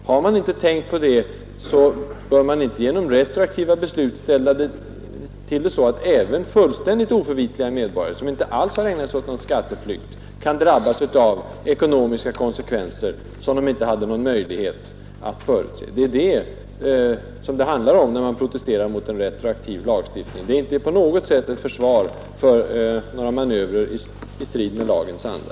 Har man inte tänkt på det, bör man inte fatta retroaktiva beslut, som kan leda till att även fullständigt oförvitliga medborgare, som inte alls har ägnat sig åt någon skatteflykt, kan drabbas av ekonomiska konsekvenser, som de inte har haft någon möjlighet att förutse. Det är detta som är centralt, när jag vänder mig mot den retroaktiva lagstiftningen. Det är inte på något sätt ett försvar för manövrer i strid med lagens anda.